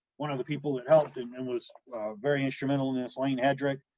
one of the people that helped and and was very instrumental in this. elaine hedrick,